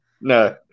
No